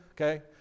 okay